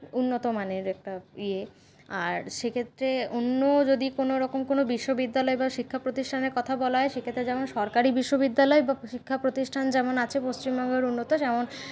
উন্নতমানের একটা ইয়ে আর সেক্ষেত্রে অন্য যদি কোনোরকম কোনো বিশ্ববিদ্যালয় বা শিক্ষা প্রতিষ্ঠানের কথা বলা হয় সেক্ষেত্রে যেমন সরকারি বিশ্ববিদ্যালয় বা শিক্ষা প্রতিষ্ঠান যেমন আছে পশ্চিমবঙ্গের উন্নত যেমন